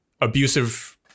abusive